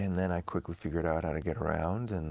and then i quickly figured out how to get around. and